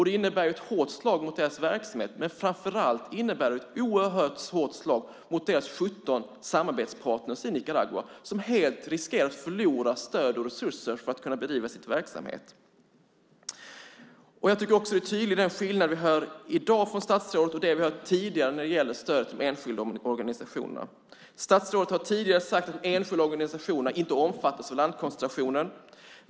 Det innebär ett hårt slag mot deras verksamhet, men framför allt innebär det ett oerhört hårt slag mot deras 17 samarbetspartner i Nicaragua, som riskerar att helt förlora stöd och resurser för att kunna bedriva sin verksamhet. Jag tycker att det är en tydlig skillnad mellan det vi hör i dag från statsrådet och det vi hört tidigare när det gäller stödet till de enskilda organisationerna. Statsrådet har tidigare sagt att de enskilda organisationerna inte omfattas av landkoncentrationen.